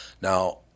Now